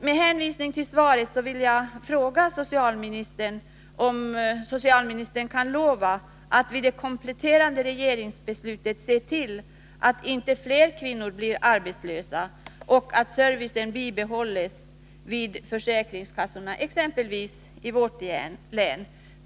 Med hänvisning till svaret vill jag fråga socialministern: Kan socialministern lova att vid det kompletterande regeringsbeslutet se till att inte flera kvinnor blir arbetslösa och att servicen bibehålls vid försäkringskassorna, exempelvis i vårt län?